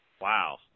Wow